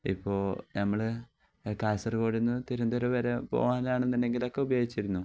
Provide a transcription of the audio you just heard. ഇപ്പം നമ്മൾ കാസർഗോഡിൽ നിന്ന് തിരുവനന്തപുരം വരെ പോകാനാണെന്നുണ്ടെങ്കിലൊക്കെ ഉപയോഗിച്ചിരുന്നു